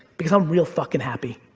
because i'm real fucking happy.